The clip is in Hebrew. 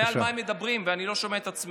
אני שומע על מה הם מדברים ואני לא שומע את עצמי.